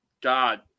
God